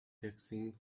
taxing